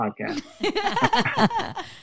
podcast